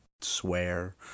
swear